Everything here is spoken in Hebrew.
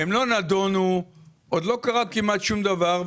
הם לא נדונו ועוד לא קרה כמעט שום דבר,